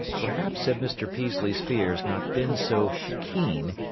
perhaps had mr. peaslee's fears not been so keen,